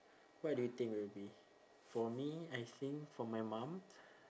what do you think will be for me I think for my mum